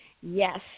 Yes